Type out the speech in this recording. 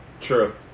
True